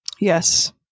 Yes